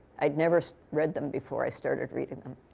i'd never read them before i started reading them.